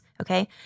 Okay